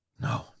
No